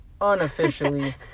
unofficially